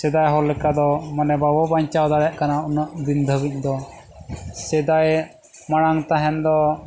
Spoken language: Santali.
ᱥᱮᱫᱟᱭ ᱦᱚᱲ ᱞᱮᱠᱟ ᱫᱚ ᱢᱟᱱᱮ ᱵᱟᱵᱚᱱ ᱵᱟᱧᱪᱟᱣ ᱫᱟᱲᱮᱭᱟᱜ ᱠᱟᱱᱟ ᱩᱱᱟᱹᱜ ᱫᱤᱱ ᱫᱷᱟᱹᱵᱤᱡ ᱫᱚ ᱥᱮᱫᱟᱭ ᱢᱟᱲᱟᱝ ᱛᱟᱦᱮᱱ ᱫᱚ